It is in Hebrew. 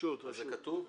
זה כתוב?